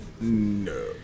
No